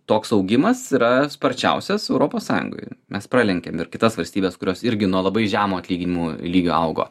toks augimas yra sparčiausias europos sąjungoj mes pralenkėm ir kitas valstybes kurios irgi nuo labai žemo atlyginimų lygio augo